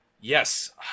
Yes